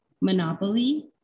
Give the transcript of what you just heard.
monopoly